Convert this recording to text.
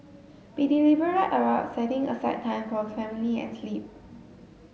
be deliberate about setting aside time for family and sleep